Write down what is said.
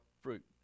fruit